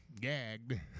gagged